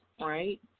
right